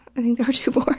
i think they were too boring.